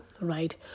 right